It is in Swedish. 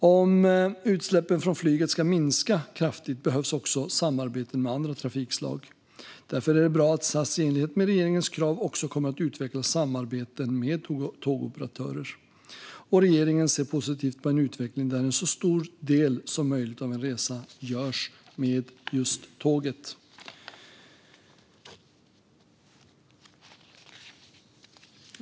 Om utsläppen från flyget ska minska kraftigt behövs också samarbeten med andra trafikslag. Därför är det bra att SAS i enlighet med regeringens krav kommer att utveckla samarbeten med tågoperatörer. Regeringen ser positivt på en utveckling där en så stor del som möjligt av en resa görs med just tåg.